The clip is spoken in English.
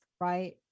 right